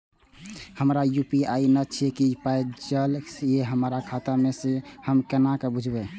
हमरा यू.पी.आई नय छै कियो पाय भेजलक यै हमरा खाता मे से हम केना बुझबै?